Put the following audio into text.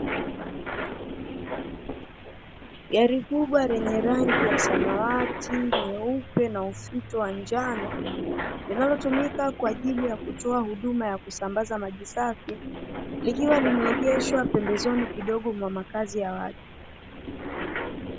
Gari kubwa lenye rangi ya samawati, nyeupe na ufito wa njano, linalotumika kwa ajili ya kutoa huduma ya kusambaza maji safi likiwa limeegeshwa pembezoni kidogo mwa makazi ya watu.